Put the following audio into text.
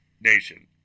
nation